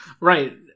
Right